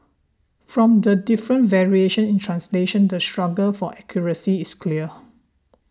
from the different variations in translation the struggle for accuracy is clear